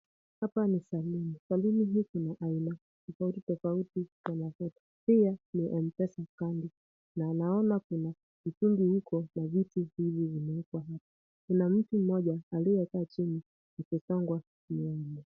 Hapa ni saluni. Saluni huku kuna aina tofauti tofauti ya mafuta. Pia ni M-Pesa kando na naona kuna vikundi huko na viti viwili vimeekwa hapo. Kuna mtu mmoja liykaa chini akisongwa nywele.